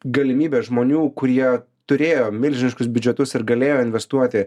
galimybes žmonių kurie turėjo milžiniškus biudžetus ir galėjo investuoti